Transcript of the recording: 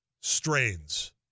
strains